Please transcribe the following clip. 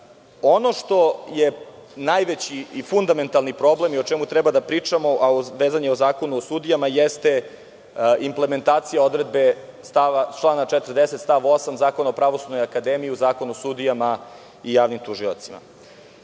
što je najveći i fundamentalni problem i o čemu treba da pričamo, a vezano je za Zakon o sudijama, jeste implementacija odredbe člana 40. stav 8. Zakona o Pravosudnoj akademiji u Zakonu o sudijama i javnim tužiocima,